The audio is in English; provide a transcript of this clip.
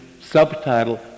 subtitle